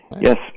Yes